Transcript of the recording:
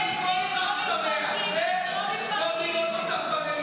קודם כול --- טוב לראות אותך במליאה.